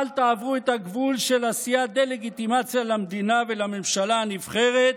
אל תעברו את הגבול של עשיית דה-לגיטימציה למדינה ולממשלה הנבחרת,